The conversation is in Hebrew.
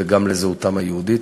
וגם לזהותם היהודית.